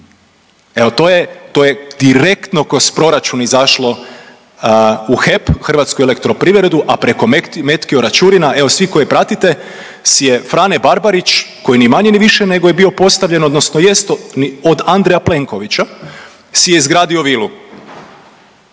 Evo, to je direktno kroz proračun kroz proračun izašlo u HEP, Hrvatsku elektroprivredu, a preko .../Govornik se ne razumije./... evo, svi koji pratite si je Frane Barbarić koji ni manje ni više nego je bio postavljen odnosno jest od Andreja Plenkovića si je izgradio vilu